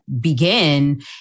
begin